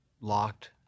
locked